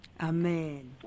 Amen